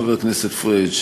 חבר הכנסת פריג',